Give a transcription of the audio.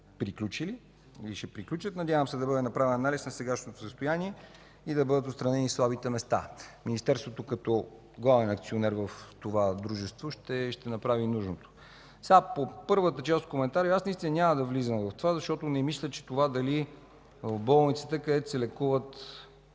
приключили или ще приключат. Надявам се да бъде направен анализ на досегашното състояние и да бъдат отстранени слабите места. Министерството като главен акционер в това дружество ще направи нужното. По първата част от коментара наистина няма да влизам в дебат, защото не мисля, че в болницата, където се лекуват